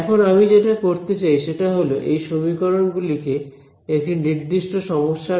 এখন আমি যেটা করতে চাই সেটা হল এই সমীকরণ গুলিকে একটি নির্দিষ্ট সমস্যার সাপেক্ষে পড়তে চাই